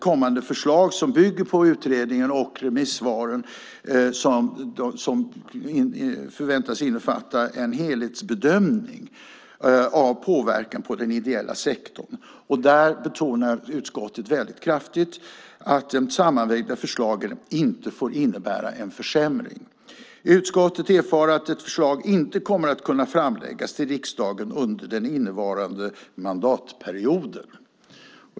Kommande förslag bygger på utredningen och remissvaren, som förväntas innefatta en helhetsbedömning av påverkan på den ideella sektorn. Utskottet betonar kraftigt att de sammanvägda förslagen inte får innebära en försämring. Utskottet erfar att ett förslag inte kommer att kunna framläggas till riksdagen under den innevarande mandatperioden.